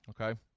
okay